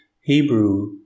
Hebrew